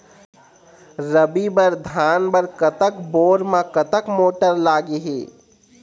रबी बर धान बर कतक बोर म कतक मोटर लागिही?